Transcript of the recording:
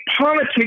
politics